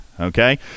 Okay